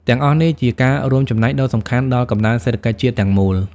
ទាំងអស់នេះជាការរួមចំណែកដ៏សំខាន់ដល់កំណើនសេដ្ឋកិច្ចជាតិទាំងមូល។